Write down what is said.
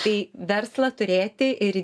tai verslą turėti ir